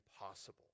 impossible